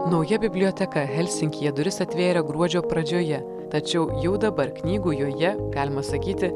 nauja biblioteka helsinkyje duris atvėrė gruodžio pradžioje tačiau jau dabar knygų joje galima sakyti